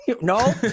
No